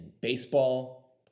baseball